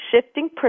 shifting